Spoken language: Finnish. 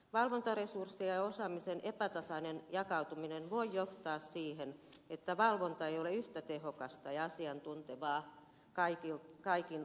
valvontaresurssien ja osaamisen epätasainen jakautuminen voivat johtaa siihen että valvonta ei ole yhtä tehokasta ja asiantuntevaa kaikin osin